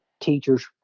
teachers